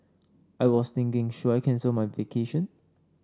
I was thinking should I cancel my vacation